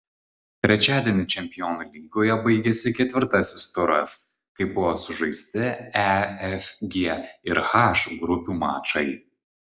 trečiadienį čempionų lygoje baigėsi ketvirtasis turas kai buvo sužaisti e f g ir h grupių mačai